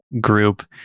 group